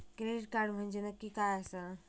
Credit card म्हंजे नक्की काय आसा?